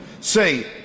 say